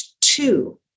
two